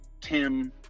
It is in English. Tim